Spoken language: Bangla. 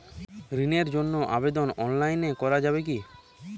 ঋণের জন্য আবেদন অনলাইনে করা যাবে কি?